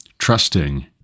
trusting